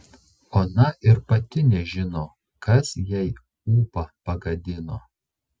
ona ir pati nežino kas jai ūpą pagadino